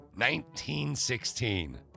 1916